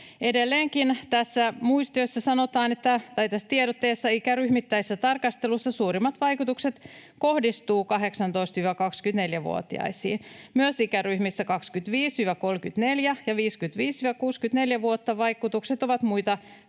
Edelleenkin tässä tiedotteessa sanotaan: ”Ikäryhmittäisessä tarkastelussa suurimmat vaikutukset kohdistuvat 18—24-vuotiaisiin. Myös ikäryhmissä 25—34 ja 55—64 vuotta vaikutukset ovat muita